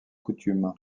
coutumes